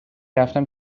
رفتم